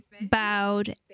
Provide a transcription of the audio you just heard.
bowed